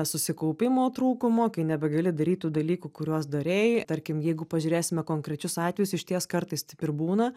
susikaupimo trūkumo kai nebegali daryt tų dalykų kuriuos darei tarkim jeigu pažiūrėsime konkrečius atvejus išties kartais taip ir būna